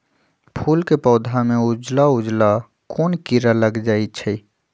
फूल के पौधा में उजला उजला कोन किरा लग जई छइ?